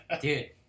Dude